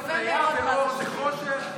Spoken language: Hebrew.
אפליה בין אור לחושך,